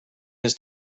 his